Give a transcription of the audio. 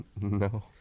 No